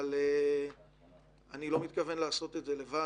אבל אני לא מתכוון לעשות את זה לבד.